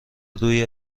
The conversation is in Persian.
روی